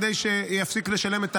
זה